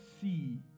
see